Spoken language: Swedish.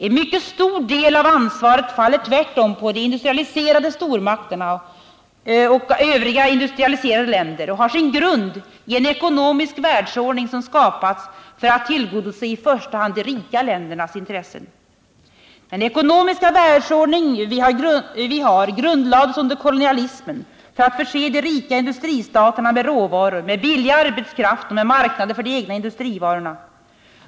En mycket stor del av ansvaret faller tvärtom på de industrialiserade stormakterna och övriga industrialiserade länder och har sin grund i en ekonomisk världsordning som skapats för att tillgodose i första hand de rika ländernas intressen. Den ekonomiska världsordning vi har grundlades under kolonialismen för att förse de rika industristaterna med råvaror, med billig arbetskraft och med marknader för de egna industrivarorna.